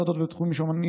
חינוך יהודי בתפוצות,